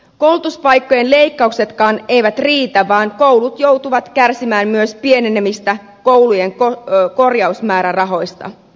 koulutuspaikkojen leikkauksetkaan eivät riitä vaan koulut joutuvat kärsimään myös pienenevistä koulujen korjausmäärärahoista